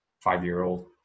five-year-old